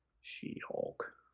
She-Hulk